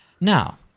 Now